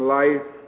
life